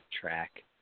track